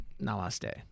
Namaste